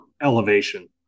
elevation